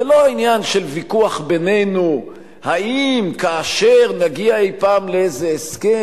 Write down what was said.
זה לא עניין של ויכוח בינינו האם כאשר נגיע אי-פעם לאיזה הסכם,